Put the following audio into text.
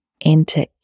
enter